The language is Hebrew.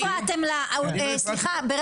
סליחה, אבל אתם הפרעתם לה.